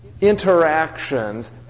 interactions